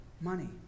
money